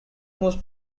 most